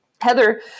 Heather